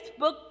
Facebook